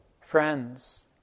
Friends